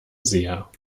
sehr